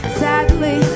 sadly